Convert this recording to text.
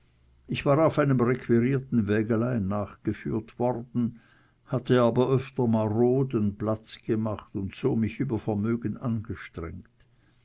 ich war auf einem requirierten wägelein nachgeführt worden hatte aber öfter maroden platz gemacht und so mich über vermögen angestrengt